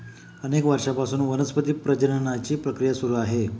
अनेक वर्षांपासून वनस्पती प्रजननाची प्रक्रिया सुरू आहे